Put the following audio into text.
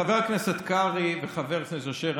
חבר הכנסת קרעי וחבר הכנסת אשר,